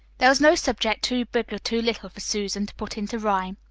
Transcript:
there was no subject too big or too little for susan to put into rhyme.